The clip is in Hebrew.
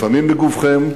לפעמים בגופכם,